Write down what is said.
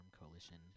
Coalition